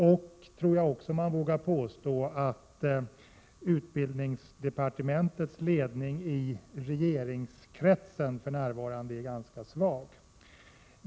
Jag tror också att man vågar påstå att utbildningsdepartementets ledning i regeringskretsen för närvarande är ganska svag.